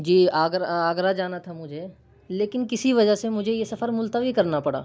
جی آگرہ جانا تھا مجھے لیکن کسی وجہ سے مجھے یہ سفر ملتوی کرنا پڑا